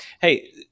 hey